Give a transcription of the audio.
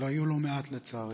והיו לא מעט, לצערי: